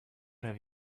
have